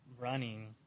running